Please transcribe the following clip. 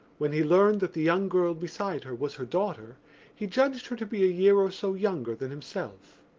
when he learned that the young girl beside her was her daughter he judged her to be a year or so younger than himself.